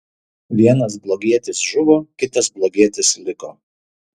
vienas blogietis žuvo kitas blogietis liko